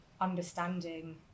understanding